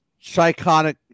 psychotic